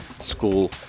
school